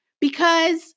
Because-